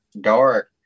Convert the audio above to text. dark